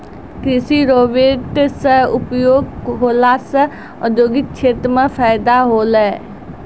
कृषि रोवेट से उपयोग होला से औद्योगिक क्षेत्र मे फैदा होलै